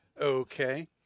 Okay